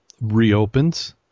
reopens